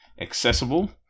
accessible